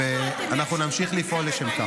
ואנחנו נמשיך לפעול לשם כך.